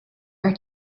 are